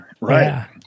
Right